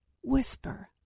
whisper